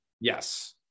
Yes